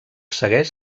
segueix